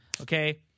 Okay